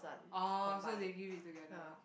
orh so they give it together ah